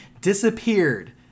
Disappeared